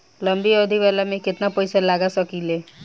लंबी अवधि वाला में केतना पइसा लगा सकिले?